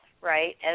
right